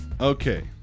Okay